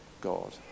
God